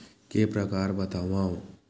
के प्रकार बतावव?